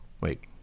Wait